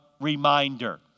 reminder